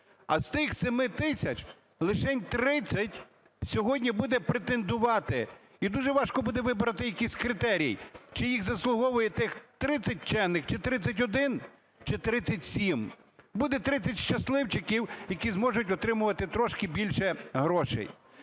А з тих 7 тисяч лишень 30 сьогодні буде претендувати, і дуже важко буде вибрати якісь критерії, чи їх заслуговує тих 30 вчених, чи 31, чи 37. Буде тридцять щасливчиків, які зможуть отримувати трошки більше грошей.